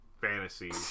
fantasy